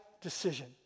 decision